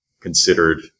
considered